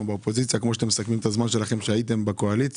באופוזיציה כמו שאתם מסכמים את הזמן שלכם עת הייתם בקואליציה.